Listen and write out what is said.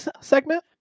segment